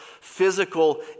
physical